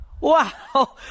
Wow